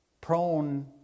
Prone